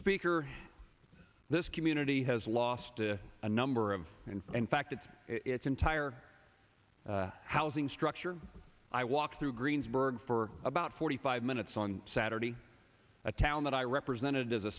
speaker this community has lost to a number of and and fact it's its entire housing structure i walked through greensburg for about forty five minutes on saturday a town that i represented as a